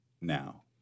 now